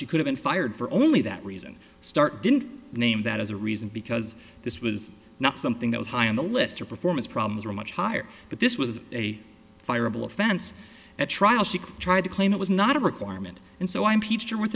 she could have been fired for only that reason start didn't name that as a reason because this was not something that was high on the list of performance problems are much higher but this was a fireable offense at trial she tried to claim it was not a requirement and so i'm pete